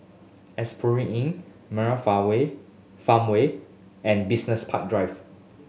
Asphodel Inn Murai Farmway and Business Park Drive